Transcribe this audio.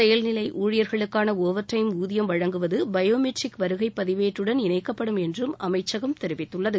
செயல்நிலை ஊழியர்களுக்கான overtime ஊதியம் வழங்குவது பயோமெட்ரிக் வருகைப் பதிவேட்டுடன் இணைக்கப்படும் என்றும் அமைச்சகம் தெரிவித்துள்ளது